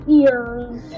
ears